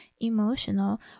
emotional